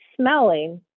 smelling